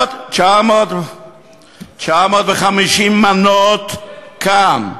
כאן, 950 מנות כאן.